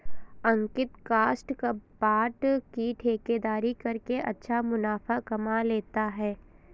अंकित काष्ठ कबाड़ की ठेकेदारी करके अच्छा मुनाफा कमा लेता है